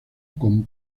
con